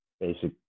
basic